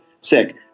sick